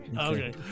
Okay